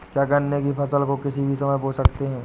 क्या गन्ने की फसल को किसी भी समय बो सकते हैं?